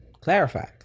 clarify